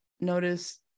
notice